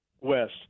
West